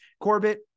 Corbett